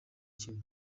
kimwe